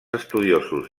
estudiosos